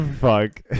Fuck